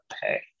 pay